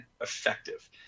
effective